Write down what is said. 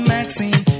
Maxine